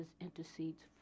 intercedes